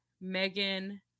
Megan